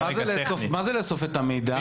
מה זה לאסוף את המידע?